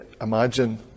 imagine